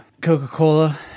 Coca-Cola